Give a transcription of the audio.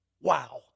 Wow